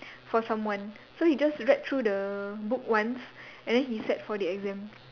for someone so he just read through the book once and then he sat for the exam